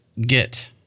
Git